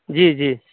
जी जी